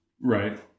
Right